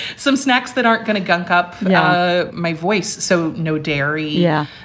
some snacks that aren't going to gunk up my voice. so no dairy. yeah,